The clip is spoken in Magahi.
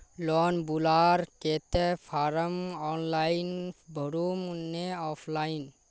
लोन लुबार केते फारम ऑनलाइन भरुम ने ऑफलाइन?